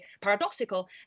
paradoxical